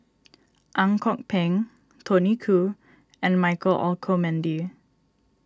Ang Kok Peng Tony Khoo and Michael Olcomendy